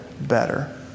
better